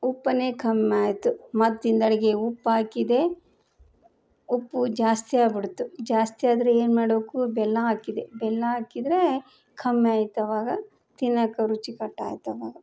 ಉಪ್ಪನೆ ಕಮ್ಮಿಯಾಯ್ತು ಮತ್ತಿಂದಡಿಗೆ ಉಪ್ಪು ಹಾಕಿದೆ ಉಪ್ಪು ಜಾಸ್ತಿ ಆಗ್ಬಿಡ್ತು ಜಾಸ್ತಿ ಆದರೆ ಏನು ಮಾಡಬೇಕು ಬೆಲ್ಲ ಹಾಕಿದೆ ಬೆಲ್ಲ ಹಾಕಿದ್ರೆ ಕಮ್ಮಿ ಆಯ್ತ್ ಅವಾಗ ತಿನ್ನಕ್ಕೆ ರುಚಿಕಟ್ಟಾಯ್ತು ಅವಾಗ